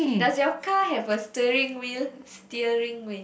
does your car have a steering wheel steering wheel